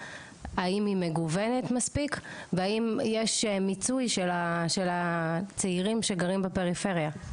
האם היא מגוונת מספיק והיא יש מיצוי של הצעירים שגרים בפריפריה?